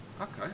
Okay